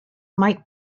might